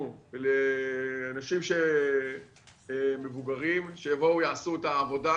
לאנשים מבוגרים שיבואו ויעשו את העבודה,